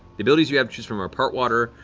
the abilities you have to choose from are part water,